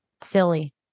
Silly